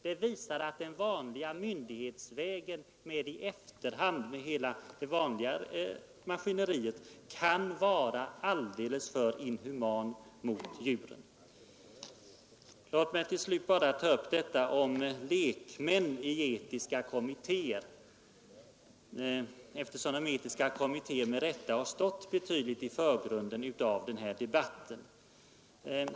Det visar att den vanliga myndighetsvägen, det vanliga maskineriet med åtgärder i efterhand, kan vara alldeles för inhumant mot djuren. Låt mig till slut bara ta upp frågan om lekmän i etiska kommittéer, eftersom de etiska kommittérna med rätta har stått ganska mycket i förgrunden i den här debatten.